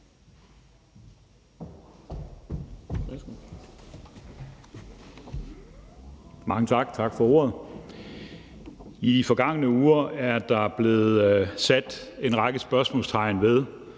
Tak for ordet. I de forgangne uger er der blevet sat en række spørgsmålstegn ved,